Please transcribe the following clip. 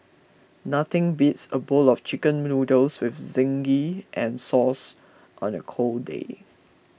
nothing beats a bowl of Chicken Noodles with zingy and sauce on a cold day